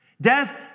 Death